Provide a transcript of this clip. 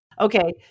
Okay